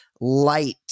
light